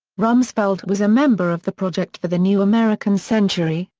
rumsfeld was a member of the project for the new american century,